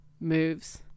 moves